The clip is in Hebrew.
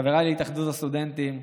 חבריי להתאחדות הסטודנטים,